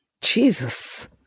Jesus